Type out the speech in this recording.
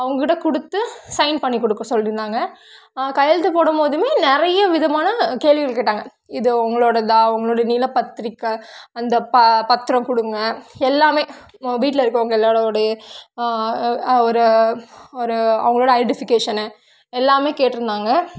அவங்கக்கிட்ட கொடுத்து சைன் பண்ணிக் கொடுக்க சொல்லியிருந்தாங்க கையெழுத்து போடும் போதும் நிறைய விதமான கேள்விகள் கேட்டாங்க இது உங்களோடயதா உங்களோடய நில பத்திரிகை அந்த பா பத்திரம் கொடுங்க எல்லாமே உங்கள் வீட்டில் இருக்கறவுங்க எல்லாரோடைய ஒரு ஒரு அவங்களோட ஐடென்டிஃபிகேஷனு எல்லாமே கேட்டிருந்தாங்க